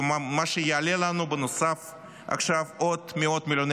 מה שיעלה לנו בנוסף עכשיו עוד מאות מיליוני